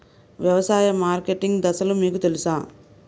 వ్యవసాయ మార్కెటింగ్ దశలు మీకు తెలుసా?